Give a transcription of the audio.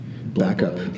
Backup